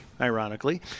ironically